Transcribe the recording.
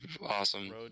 awesome